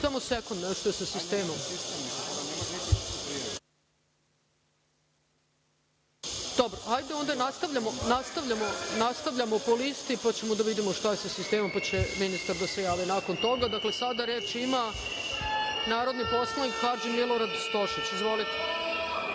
ministar Siniša Mali. Dobro, hajde onda nastavljamo po listi, pa ćemo da vidimo šta je sa sistemom, pa će ministar da se javi nakon toga. Dakle, sada reč ima narodni poslanik Hadži Milorad Stošić. Izvolite.